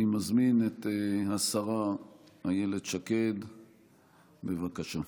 אני מזמין את השרה אילת שקד, בבקשה.